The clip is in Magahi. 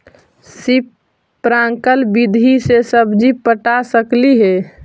स्प्रिंकल विधि से सब्जी पटा सकली हे?